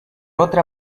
otra